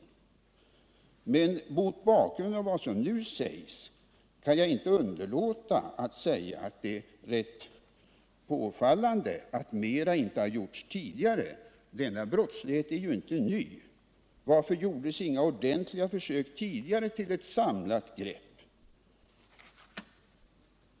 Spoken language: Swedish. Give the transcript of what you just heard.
Nr 148 Mot bakgrund av vad som nu anförs kan jag inte underlåta att säga att det är Måndagen den rätt påfallande att mer inte har gjorts tidigare. Denna brottslighet är inte ny. 22 maj 1978 Varför gjordes inga ordentliga försök tidigare till ett samlat grepp?